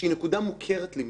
היא נחקקה ב-2001.